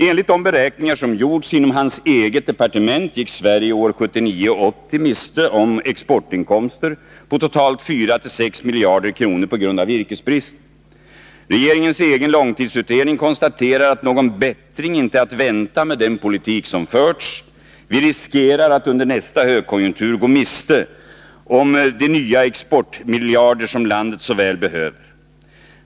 Enligt de beräkningar som gjorts inom hans eget departement gick Sverige år 1979-1980 miste om exportinkomster på totalt 4-6 miljarder kronor på grund av virkesbristen. Regeringens egen långtidsutredning konstaterar att någon bättring inte är att vänta med den politik som har förts. Vi riskerar att under nästa högkonjunktur gå miste om de nya exportmiljarder som landet så väl behöver.